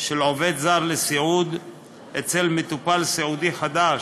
של עובד זר לסיעוד אצל מטופל סיעודי חדש,